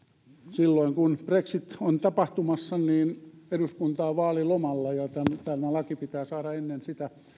silloin kun brexit on tapahtumassa eduskunta on vaalilomalla ja tämä laki pitää saada ennen sitä